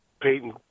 Peyton